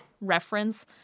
reference